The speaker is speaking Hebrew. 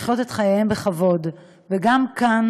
כאן